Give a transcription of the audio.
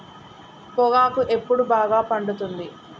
పొగాకు ఎప్పుడు బాగా పండుతుంది?